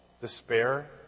despair